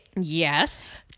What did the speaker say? yes